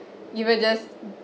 you were just